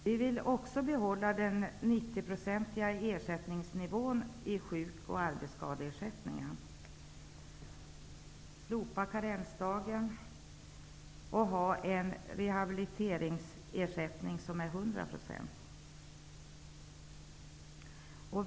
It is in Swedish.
Vi vill också behålla den 90-procentiga ersättningsnivån i sjuk och arbetsskadeersättningen. Vi vill slopa karensdagen, och vi vill ha en rehabiliteringsersättning som uppgår till 100 %.